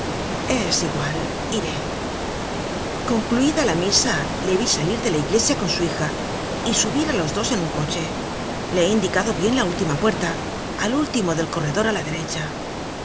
es igual iré concluida la misa le vi salir de la iglesia con su hija y subir á los dos en un coche le he indicado bien la última puerta al último del corredor á la derecha y